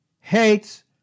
hates